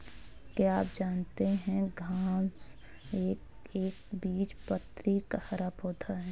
क्या आप जानते है घांस एक एकबीजपत्री हरा पौधा है?